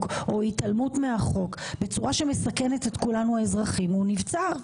או התעלמות מהחוק בצורה שמסכנת את כולנו האזרחים הוא נבצר?